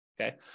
okay